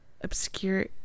obscure